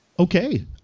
Okay